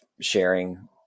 sharing